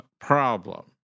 problem